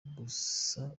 gusa